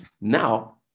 Now